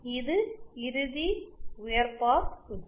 இது இறுதி உயர் பாஸ் சுற்று